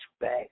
back